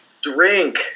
Drink